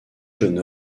jeune